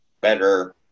better